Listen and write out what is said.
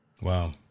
Wow